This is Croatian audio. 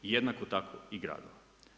Jednako tako i gradova.